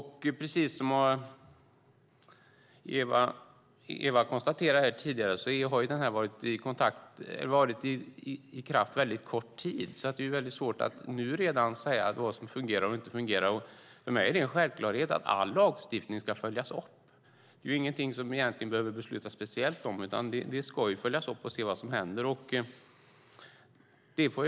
Precis som Eva konstaterade här tidigare har detta varit i kraft väldigt kort tid, så det är svårt att redan nu säga vad som fungerar och inte. För mig är det en självklarhet att all lagstiftning ska följas upp. Det är ingenting som vi egentligen behöver besluta speciellt om. Den ska följas upp, och vi ska se vad som händer.